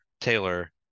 Taylor